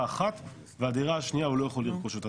אחת ואת הדירה השנייה הוא לא יכול לרכוש אותה,